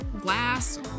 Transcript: glass